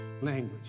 language